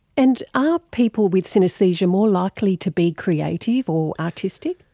and are people with synaesthesia more likely to be creative or artistic?